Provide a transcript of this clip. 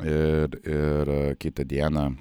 ir ir kitą dieną